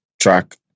track